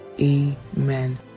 Amen